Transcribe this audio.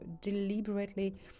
deliberately